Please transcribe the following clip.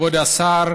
כבוד השר,